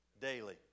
Daily